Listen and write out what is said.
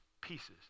pieces